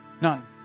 None